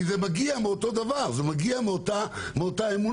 כי זה מגיע מאותו הדבר, זה מגיע מאותה אמונה.